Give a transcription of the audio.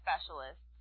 specialists